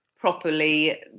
properly